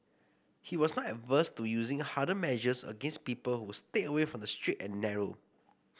he was not averse to using harder measures against people who strayed away from the straight and narrow